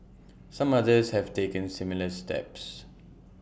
some others have taken similar steps